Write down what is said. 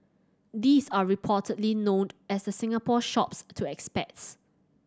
these are reportedly known as the Singapore Shops to expats